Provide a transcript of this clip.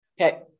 Okay